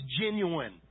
genuine